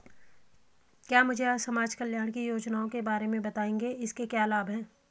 क्या मुझे समाज कल्याण की योजनाओं के बारे में बताएँगे इसके क्या लाभ हैं?